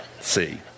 See